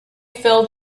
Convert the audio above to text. fell